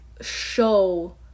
show